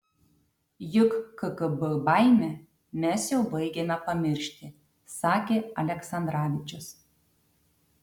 juk kgb baimę mes jau baigiame pamiršti sakė aleksandravičius